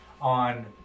on